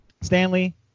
Stanley